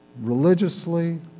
religiously